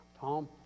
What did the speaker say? Tom